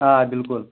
آ بِلکُل